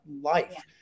life